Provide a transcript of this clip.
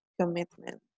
commitment